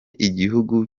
igihugu